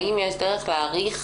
האם יש דרך להאריך